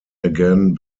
again